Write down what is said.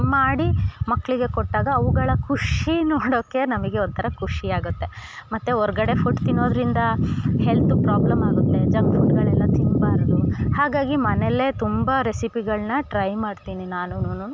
ಮಾಡಿ ಮಕ್ಕಳಿಗೆ ಕೊಟ್ಟಾಗ ಅವುಗಳ ಖುಷಿ ನೋಡೋಕೆ ನಮಗೆ ಒಂಥರ ಖುಷಿಯಾಗತ್ತೆ ಮತ್ತು ಹೊರ್ಗಡೆ ಫುಡ್ ತಿನ್ನೋದ್ರಿಂದ ಹೆಲ್ತ್ ಪ್ರಾಬ್ಲಮ್ ಆಗುತ್ತೆ ಜಂಕ್ ಫುಡ್ಗಳೆಲ್ಲ ತಿನ್ನಬಾರ್ದು ಹಾಗಾಗಿ ಮನೆಯಲ್ಲೇ ತುಂಬ ರೆಸಿಪಿಗಳನ್ನ ಟ್ರೈ ಮಾಡ್ತೀನಿ ನಾನುನು